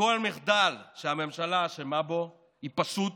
בכל מחדל שהממשלה אשמה בו היא פשוט